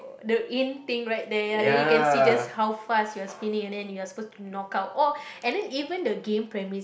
the in thing right there ya then you can see just how fast you're spinning and then you're supposed to knock out or and then even the game premise